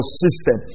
system